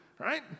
right